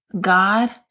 God